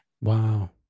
Wow